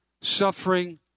suffering